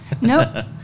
Nope